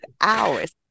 hours